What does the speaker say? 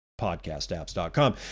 podcastapps.com